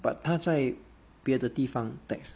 but 他在别的地方 tax